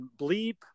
Bleep